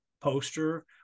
poster